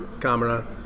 camera